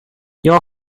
your